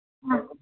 ആഹ്